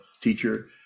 teacher